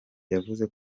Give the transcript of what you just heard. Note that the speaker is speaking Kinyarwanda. yavuze